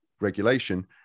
regulation